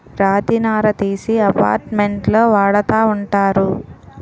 రాతి నార తీసి అపార్ట్మెంట్లో వాడతా ఉంటారు